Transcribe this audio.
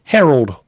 Harold